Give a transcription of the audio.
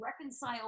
reconcile